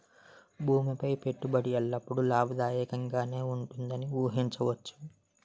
భూమి పై పెట్టుబడి ఎల్లప్పుడూ లాభదాయకంగానే ఉంటుందని ఊహించవచ్చు